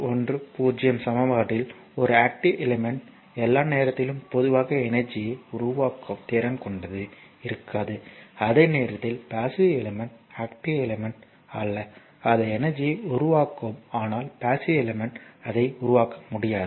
10 சமன்பாடு இல் ஒரு ஆக்ட்டிவ் எலிமெண்ட் எல்லா நேரத்திலும் பொதுவாக எனர்ஜியை உருவாக்கும் திறன் கொண்டது இருக்காது அதே நேரத்தில் பாஸ்ஸிவ் எலிமெண்ட் ஆக்ட்டிவ் எலிமெண்ட் அல்ல அது எனர்ஜியை உருவாக்கும் ஆனால் பாஸ்ஸிவ் எலிமெண்ட் அதை உருவாக்க முடியாது